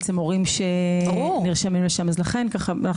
בעצם הורים שנרשמים לשם.